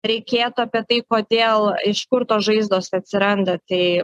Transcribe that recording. reikėtų apie tai kodėl iš kur tos žaizdos atsiranda tai